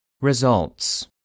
Results